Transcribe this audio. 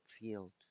field